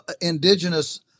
indigenous